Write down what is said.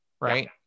Right